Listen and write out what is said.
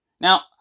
now